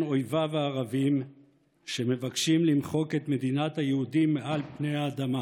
אויביו הערבים שמבקשים למחוק את מדינת היהודים מעל פני האדמה.